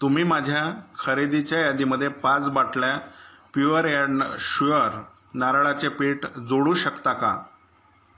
तुम्ही माझ्या खरेदीच्या यादीमध्ये पाच बाटल्या प्युअर अँड श्युअर नारळाचे पीठ जोडू शकता का